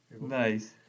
Nice